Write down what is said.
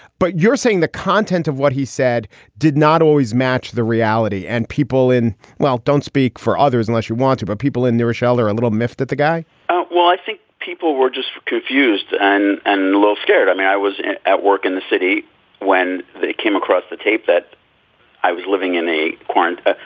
but you're saying the content of what he said did not always match the reality. and people in well, don't speak for others unless you want to put people in new rochelle are a little miffed that the guy well, i think people were just confused and and little scared. i mean, i was at work in the city when they came across the tape that i was living in a quadrant, ah